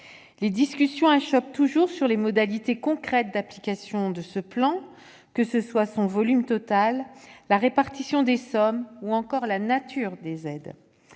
Les discussions achoppent toujours sur les modalités concrètes d'application de ce plan, que ce soit son volume total, la répartition des sommes, ou encore la nature des aides.